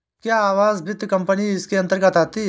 क्या आवास वित्त कंपनी इसके अन्तर्गत आती है?